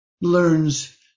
learns